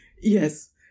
Yes